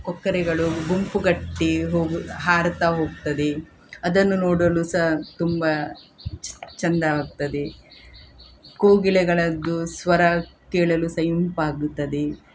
ಕೊಕ್ಕರೆಗಳು ಗುಂಪುಗಟ್ಟಿ ಹೋಗು ಹಾರ್ತ ಹೋಗ್ತದೆ ಅದನ್ನು ನೋಡಲು ಸ ತುಂಬಾ ಚಂದವಾಗ್ತದೆ ಕೋಗಿಲೆಗಳದ್ದು ಸ್ವರ ಕೇಳಲು ಸ ಇಂಪಾಗುತ್ತದೆ